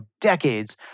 decades